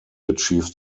achieved